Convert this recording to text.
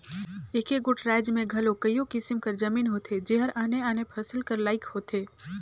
एके गोट राएज में घलो कइयो किसिम कर जमीन होथे जेहर आने आने फसिल कर लाइक होथे